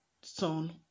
son